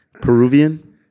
Peruvian